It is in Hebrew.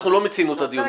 אנחנו לא מיצינו את הדיון,